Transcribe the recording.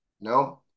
No